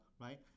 right